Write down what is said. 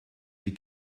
die